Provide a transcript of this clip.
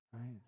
right